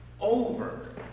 over